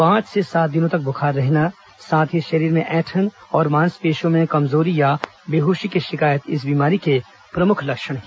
पांच से सात दिन तक बुखार रहना साथ ही शरीर में ऐंठन और मांसपेशियों में कमजोरी या बेहोशी की शिकायत इस बीमारी के प्रमुख लक्षण हैं